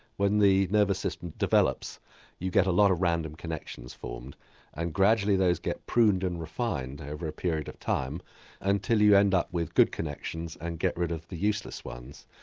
when the nervous system develops you get a lot of random connections formed and gradually those get pruned and refined over a period of time until you end up with good connections and get rid of the useless ones.